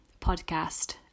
podcast